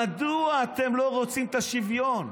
מדוע אתם לא רוצים את השוויון?